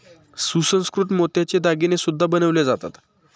सुसंस्कृत मोत्याचे दागिने सुद्धा बनवले जातात